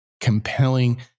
compelling